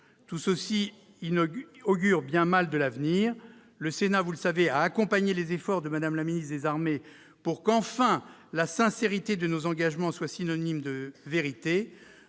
Tout cela augure bien mal de l'avenir. Le Sénat a accompagné les efforts de Mme la ministre des armées, pour que, enfin, la sincérité de nos engagements soit synonyme de vérité.